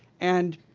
and